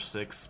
six